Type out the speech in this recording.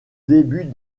début